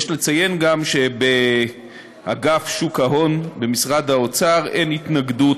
יש לציין גם שבאגף שוק ההון במשרד האוצר אין התנגדות